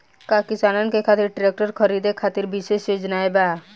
का किसानन के खातिर ट्रैक्टर खरीदे खातिर विशेष योजनाएं बा?